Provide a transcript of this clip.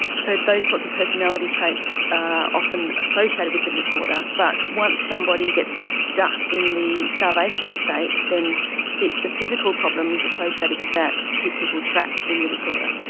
so those sorts of personality traits are often associated with the disorder. but once somebody gets stuck in the starvation state then it's the physical problems associated with that that keep people trapped in the disorder.